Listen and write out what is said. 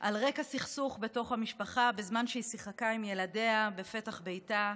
על רקע סכסוך בתוך המשפחה בזמן ששיחקה עם ילדיה בפתח ביתה.